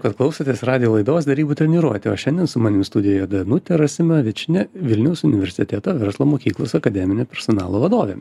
kad klausotės radijo laidos derybų treniruotė o šiandien su manimi studijoje danutė rasimavičienė vilniaus universiteto verslo mokyklos akademinio personalo vadovė